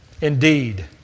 Indeed